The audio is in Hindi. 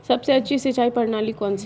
सबसे अच्छी सिंचाई प्रणाली कौन सी है?